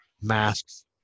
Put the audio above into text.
masks